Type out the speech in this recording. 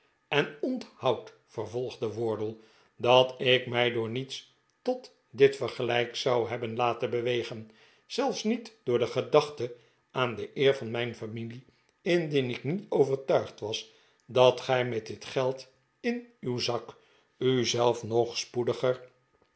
en onthoud vervolgde wardle dat ik mij door niets tot dit vergelijk zou hebben laten bewegen zelfs niet door de gedachte aan de eer van mijn familie indien ik niet overtuigd was dat gij met dit geld in uw zak u zelf nog spoediger